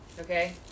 Okay